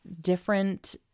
different